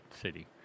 City